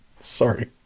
sorry